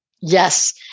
Yes